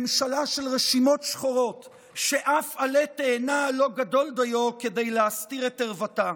ממשלה של רשימות שחורות ששום עלה תאנה לא גדול דיו להסתיר את ערוותה.